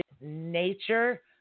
nature